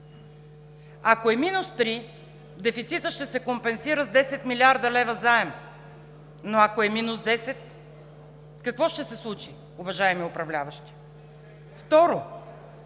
Ако е минус 3%, дефицитът ще се компенсира с 10 млрд. лв. заем, но ако е минус 10%, какво ще се случи, уважаеми управляващи? Второ,